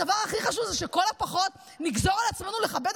הדבר הכי חשוב זה שלכל הפחות נגזור על עצמנו לכבד